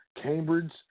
Cambridge